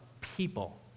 people